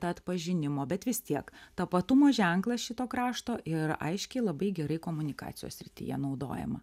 ta atpažinimo bet vis tiek tapatumo ženklas šito krašto ir aiškiai labai gerai komunikacijos srityje naudojama